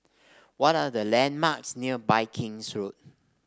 what are the landmarks near Viking's Road